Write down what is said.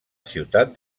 ciutat